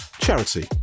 charity